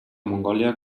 mongòlia